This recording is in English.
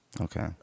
Okay